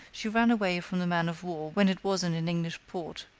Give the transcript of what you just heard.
she ran away from the man-of-war when it was in an english port,